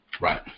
Right